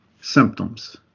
symptoms